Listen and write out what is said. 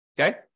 Okay